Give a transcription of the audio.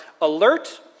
alert